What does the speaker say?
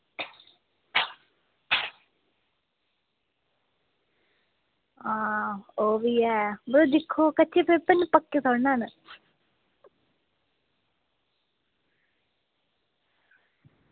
हां ओह् B A बा दिक्खो कच्चे पेपर न पक्के थोह्ड़े न